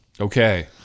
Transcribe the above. Okay